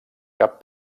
cap